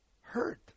Hurt